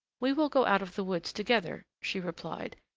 we will go out of the woods together, she replied,